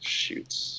shoots